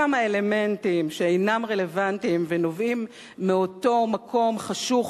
כמה אלמנטים שאינם רלוונטיים ונובעים מאותו מקום חשוך